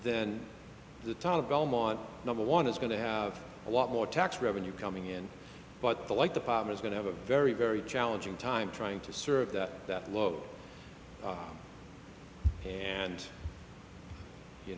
then the town of belmont number one is going to have a lot more tax revenue coming in but the like the palm is going to have a very very challenging time trying to serve that that low and you